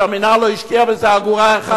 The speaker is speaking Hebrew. שהמינהל לא השקיע בזה אגורה אחת.